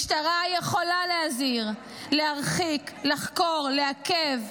משטרה יכולה להזהיר, להרחיק, לחקור, לעכב.